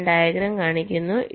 ഞാൻ ഡയഗ്രം കാണിക്കുന്നു